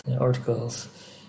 articles